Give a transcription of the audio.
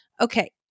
Okay